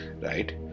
right